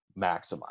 maximize